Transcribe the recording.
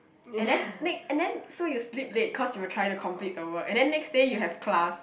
and then ne~ and then so you sleep late cause you were trying to complete the work and then next day you have class